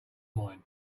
mine